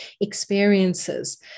experiences